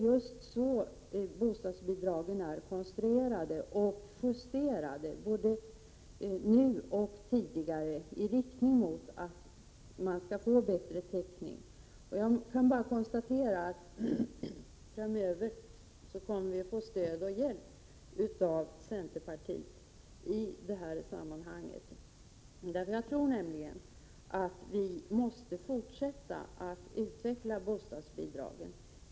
Men bostadsbidragen är konstruerade och justerade, både nu och tidigare, just i riktning mot att ge bättre täckning. Jag kan bara konstatera att vi framöver kommer att få stöd och hjälp av centerpartiet i det här sammanhanget. Jag tror nämligen att vi måste fortsätta att utveckla bostadsbidragen.